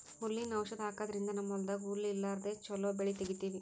ಹುಲ್ಲಿನ್ ಔಷಧ್ ಹಾಕದ್ರಿಂದ್ ನಮ್ಮ್ ಹೊಲ್ದಾಗ್ ಹುಲ್ಲ್ ಇರ್ಲಾರ್ದೆ ಚೊಲೋ ಬೆಳಿ ತೆಗೀತೀವಿ